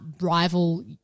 rival